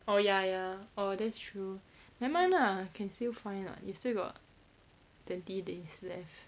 oh ya ya oh that's true never mind lah can still find ah you still got twenty days left